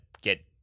get